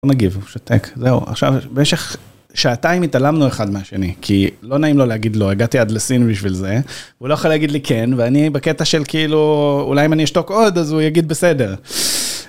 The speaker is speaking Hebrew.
לא מגיב, הוא שותק, זהו, עכשיו, במשך שעתיים התעלמנו אחד מהשני, כי לא נעים לו להגיד לא, הגעתי עד לסין בשביל זה, הוא לא יכול להגיד לי כן, ואני בקטע של כאילו, אולי אם אני אשתוק עוד אז הוא יגיד בסדר.